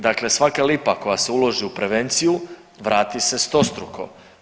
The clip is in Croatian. Dakle, svaka lipa koja se uloži u prevenciju vrati se stostruko.